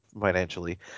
financially